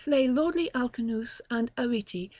lay lordly alcinous and arete,